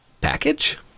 Package